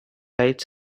lights